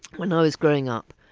when i was growing up,